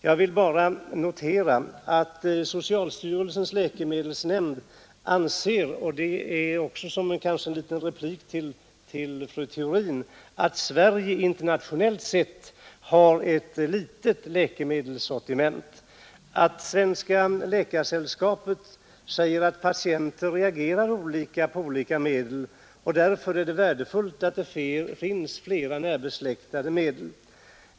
Jag vill bara notera att socialstyrelsens läkemedelsnämnd anser och det blir också en liten replik till fru Theorin — att Sverige internationellt sett har ett litet läkemedelssortiment och att Svenska läkaresällskapet hänvisar till att patienter reagerar olika på olika medel och att det därför är värdefullt att det finns fler närbesläktade medel.